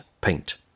Paint